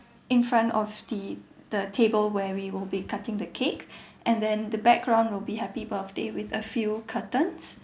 in front of the the table where we will be cutting the cake and then the background will be happy birthday with a few curtains